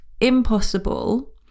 impossible